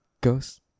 ghost